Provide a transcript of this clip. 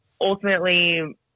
ultimately